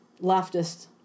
leftist